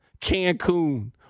Cancun